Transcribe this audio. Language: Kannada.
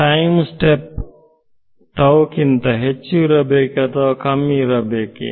ಅಂದರೆ ಟೈಮ್ ಸ್ಟೆಪ್ಪು ಟಾವ್ಕಿಂತ ಹೆಚ್ಚು ಇರಬೇಕೆ ಅಥವಾ ಕಮ್ಮಿ ಇರಬೇಕೆ